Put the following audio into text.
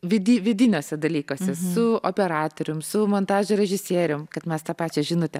vidi vidiniuose dalykuose su operatorium su montažo režisierium kad mes tą pačią žinutę